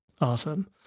Awesome